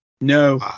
No